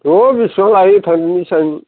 थु बेसेबां लायो थांदिनि सानैजों